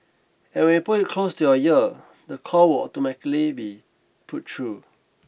and when you put it close to your ear the call will automatically be put through